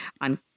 on